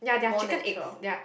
more natural